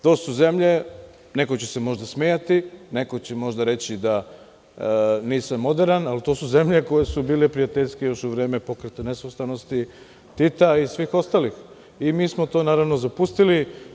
To su zemlje, neko će se možda smejati, neko će možda reći da nisam moderan, ali to su zemlje koje su bile prijateljske još u vreme Pokreta nesvrstanosti, Tita i svih ostalih, i mi smo to naravno zapustili.